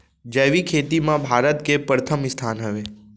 जैविक खेती मा भारत के परथम स्थान हवे